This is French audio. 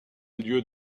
lieu